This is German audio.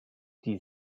die